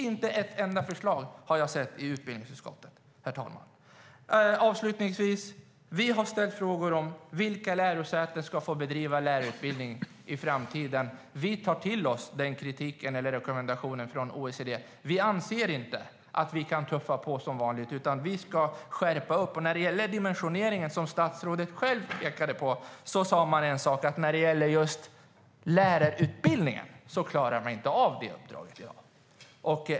Inte ett enda förslag har jag sett i utbildningsutskottet, herr talman. Avslutningsvis: Vi har ställt frågor om vilka lärosäten som i framtiden ska få bedriva lärarutbildning. Vi tar till oss kritiken eller rekommendationerna från OECD. Vi anser inte att vi kan tuffa på som vanligt, utan vi ska skärpa upp det hela. När det gäller dimensioneringen, som statsrådet själv pekade på, sägs det att när det gäller just lärarutbildningen klarar vi inte av det uppdraget i dag.